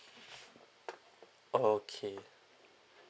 okay